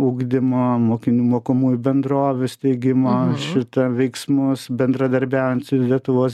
ugdymo mokinių mokomųjų bendrovių steigimo šita veiksmus bendradarbiaujant su lietuvos